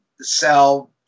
sell